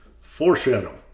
foreshadow